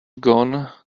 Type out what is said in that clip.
gone